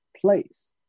place